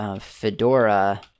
fedora